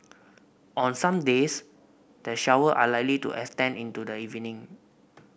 on some days the shower are likely to extend into the evening